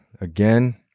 again